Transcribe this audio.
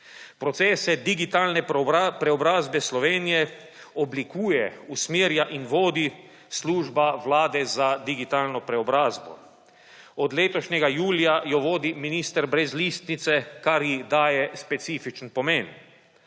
Procese digitalne preobrazbe Slovenije oblikuje, usmerja in vodi služba Vlade za digitalno preobrazbo. Od letošnjega julija jo vodi minister brez listnice, kar ji daje specifičen pomen.